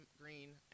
Green